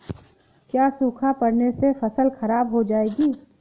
क्या सूखा पड़ने से फसल खराब हो जाएगी?